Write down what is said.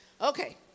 Okay